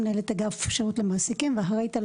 מנהלת אגף שירות למעסיקים ואחראית על